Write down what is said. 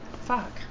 Fuck